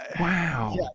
Wow